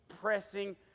pressing